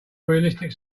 realistic